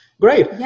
Great